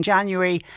January